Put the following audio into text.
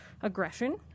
aggression